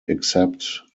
except